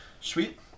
sweet